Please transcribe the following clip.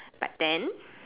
but then